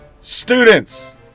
students